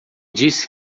disse